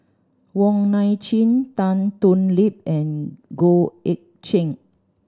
Wong Nai Chin Tan Thoon Lip and Goh Eck Kheng